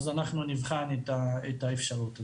אז אנחנו נבחן את האפשרות הזאת.